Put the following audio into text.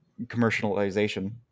commercialization